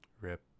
RIP